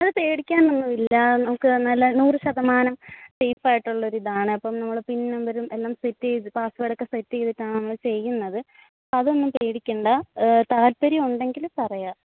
അത് പേടിക്കാനൊന്നും ഇല്ല നമുക്ക് നല്ല നൂറ് ശതമാനം സേഫ് ആയിട്ടുള്ള ഒരു ഇതാണ് അപ്പം നമ്മൾ പിൻ നമ്പരും എല്ലാം സെറ്റ് ചെയ്ത് പാസ്വേർഡ് ഒക്കെ സെറ്റ് ചെയ്തിട്ടാണ് നമ്മൾ ചെയ്യുന്നത് അതൊന്നും പേടിക്കണ്ട താൽപ്പര്യം ഉണ്ടെങ്കിൽ പറയുക